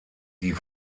die